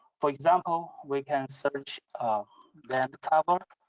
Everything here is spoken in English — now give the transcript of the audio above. for example, we can search land cover